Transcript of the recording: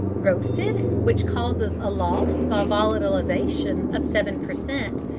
roasted, which causes a loss by volatilisation of seven per cent.